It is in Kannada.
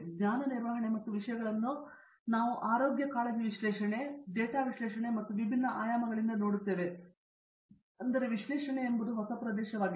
ಜ್ಞಾನ ನಿರ್ವಹಣೆ ಮತ್ತು ವಿಷಯಗಳನ್ನು ನಾವು ಆರೋಗ್ಯ ಕಾಳಜಿ ವಿಶ್ಲೇಷಣೆ ಡೇಟಾ ವಿಶ್ಲೇಷಣೆ ಮತ್ತು ವಿಭಿನ್ನ ಆಯಾಮಗಳಿಂದ ನೋಡುತ್ತೇವೆ ಆದರೆ ವಿಶ್ಲೇಷಣೆ ಅಂದರೆ ಏನನ್ನಾದರೂ ತಿಳಿಸಿ